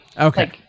okay